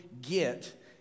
get